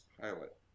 pilot